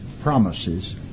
promises